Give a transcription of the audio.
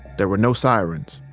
there were no sirens,